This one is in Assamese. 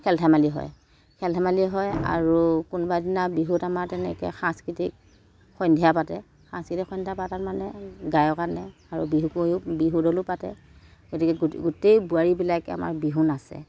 খেল ধেমালি হয় খেল ধেমালি হয় আৰু কোনোবাদিনা বিহুত আমাৰ তেনেকে সাংস্কৃতিক সন্ধ্যা পাতে সাংস্কৃতিক সন্ধ্যা পাতাৰ মানে গায়ক আনে আৰু বিহু কুঁৱৰীও বিহুদলো পাতে গতিকে গোটে গোটেই বোৱাৰীবিলাকে আমাৰ বিহু নাচে